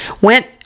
went